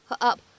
up